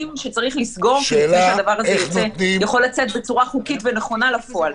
שצריך לסגור לפני שהדבר הזה יכול לצאת בצורה חוקית ונכונה לפועל,